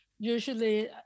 usually